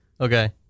Okay